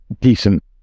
decent